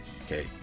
Okay